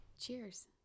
Cheers